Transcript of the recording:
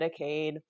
Medicaid